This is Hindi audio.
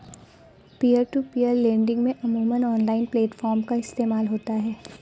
पीयर टू पीयर लेंडिंग में अमूमन ऑनलाइन प्लेटफॉर्म का इस्तेमाल होता है